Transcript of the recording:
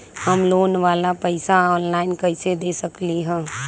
हम लोन वाला पैसा ऑनलाइन कईसे दे सकेलि ह?